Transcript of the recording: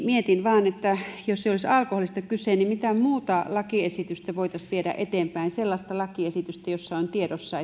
mietin vain että jos ei olisi alkoholista kyse niin mitä muuta lakiesitystä voitaisiin viedä eteenpäin sellaista lakiesitystä jossa on tiedossa